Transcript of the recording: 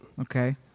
Okay